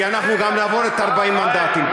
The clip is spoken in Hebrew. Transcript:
כי אנחנו נעבור גם את 40 המנדטים.